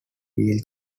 wheel